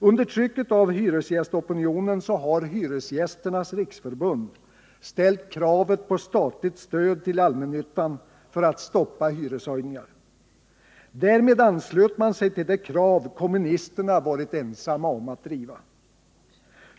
Under trycket av hyresgästopinionen har Hyresgästernas riksförbund ställt kravet på statligt stöd till allmännyttan för att stoppa hyreshöjningarna. Därmed anslöt man sig till det krav kommunisterna varit ensamma om att driva.